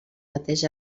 mateix